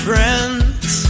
Friends